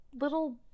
little